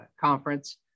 Conference